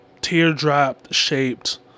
teardrop-shaped